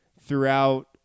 throughout